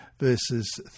verses